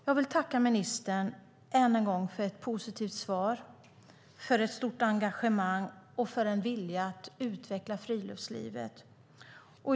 Jag vill tacka ministern än en gång för ett positivt svar, för ett stort engagemang och för en vilja att utveckla friluftslivet.